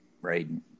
Braden